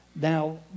Now